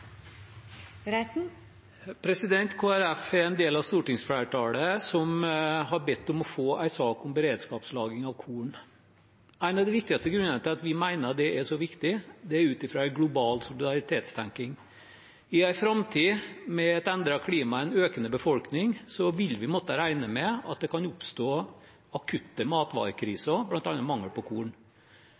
en del av stortingsflertallet som har bedt om å få en sak om beredskapslagring av korn. En av de viktigste grunnene til at vi mener det er så viktig, er en global solidaritetstenkning. I en framtid med et endret klima og en økende befolkning vil vi måtte regne med at det kan oppstå akutte matvarekriser med bl.a. mangel på korn.